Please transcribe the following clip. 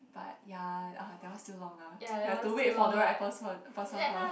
but ya ah that one still long lah have to wait for the right person person first